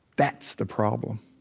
that's the problem,